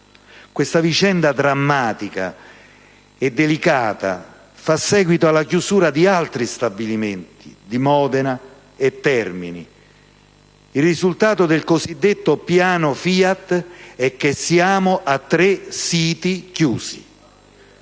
Questa vicenda drammatica e delicata fa seguito alla chiusura degli stabilimenti di Modena e Termini: il risultato del cosiddetto Piano FIAT è che siamo a tre siti chiusi.